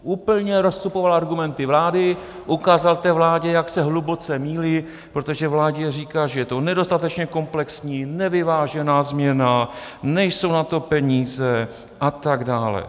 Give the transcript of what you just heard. Úplně rozcupoval argumenty vlády, ukázal té vládě, jak se hluboce mýlí, protože vládě říká, že je to nedostatečně komplexní, nevyvážená změna, nejsou na to peníze atd.